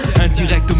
indirectement